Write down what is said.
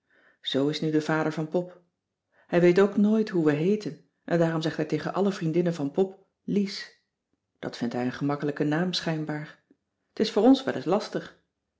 zoo is nu de vader van pop hij weet ook nooit hoe we heeten en daarom zegt hij tegen alle vriendinnen van pop lies dat vindt hij een gemakkelijke naam schijnbaar t is voor ons wel eens lastig